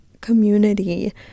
community